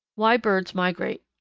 why birds migrate.